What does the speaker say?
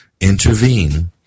intervene